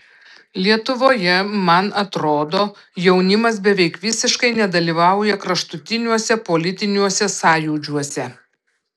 lietuvoje man atrodo jaunimas beveik visiškai nedalyvauja kraštutiniuose politiniuose sąjūdžiuose